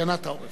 להגנת העורף.